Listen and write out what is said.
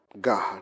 God